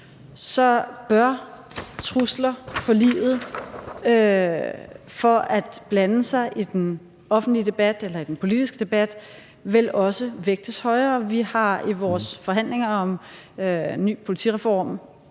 så bør trusler på livet for at blande sig i den offentlige debat eller den politiske debat vel også vægtes højere. Vi har i vores forhandlinger om en ny politireform